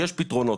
יש פתרונות.